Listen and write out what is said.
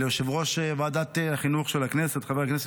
ליושב-ראש ועדת החינוך של הכנסת חבר הכנסת